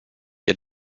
ihr